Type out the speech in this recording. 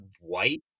white